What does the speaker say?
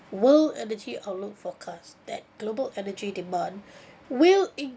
world energy outlook forecast that global energy demand will